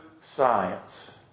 science